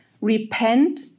repent